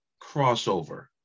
crossover